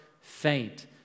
faint